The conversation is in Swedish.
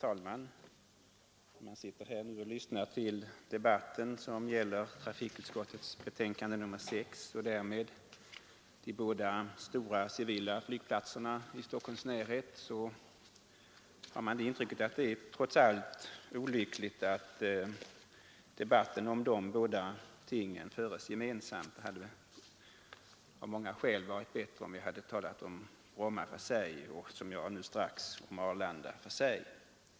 Herr talman! När man lyssnar till debatten om trafikutskottets betänkande nr 6 och därmed om de båda stora civila flygplatserna i Stockholms närhet, har man intrycket att det trots allt är olyckligt att debatten om dessa ting förs gemensamt. Det hade av många skäl varit bättre om vi talat om Bromma för sig och, som jag strax kommer att göra, om Arlanda för sig.